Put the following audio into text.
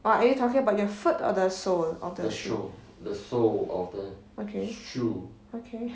oh are you talking about your foot or the sole of the okay okay